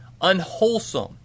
Unwholesome